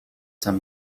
some